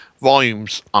volumes